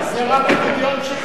זה רק הדמיון שלך,